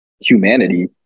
humanity